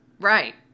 Right